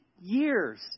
years